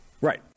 Right